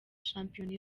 shampiyona